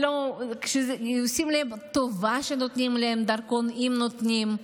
ושעושים להם טובה שנותנים להם דרכון, אם נותנים?